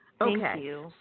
Okay